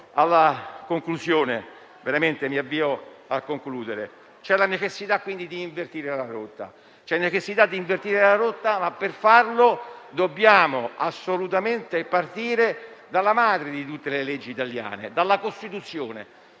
responsabilità. Avviandomi a concludere, c'è necessità quindi di invertire la rotta, ma per farlo dobbiamo assolutamente partire dalla madre di tutte le leggi italiane, dalla Costituzione.